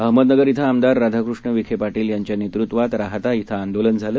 अहमदनगर इथं आमदार राधाकृष्ण विखे पाटील यांच्या नेतृत्वात राहता इथं आंदोलन झालं